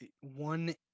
one